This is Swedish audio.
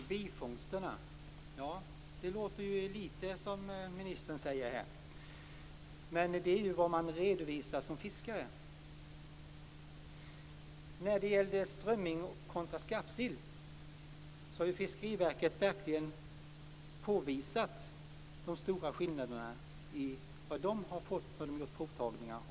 Fru talman! Det låter som att det är lite när ministern talar om bifångsterna, men det är vad fiskare redovisar. När det gäller strömming kontra skarpsill har Fiskeriverket verkligen påvisat de stora skillnader som framkommit vid provtagningarna.